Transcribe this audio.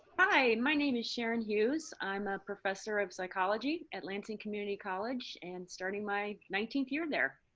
hi, my name is sharon hughes. i'm a professor of psychology at lansing community college and starting my nineteenth year there.